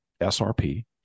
SRP